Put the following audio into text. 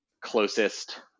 closest